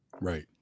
Right